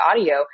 audio